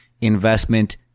investment